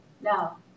No